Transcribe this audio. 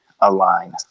align